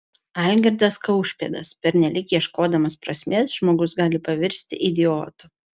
algirdas kaušpėdas pernelyg ieškodamas prasmės žmogus gali pavirsti idiotu